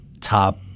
top